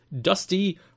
Dusty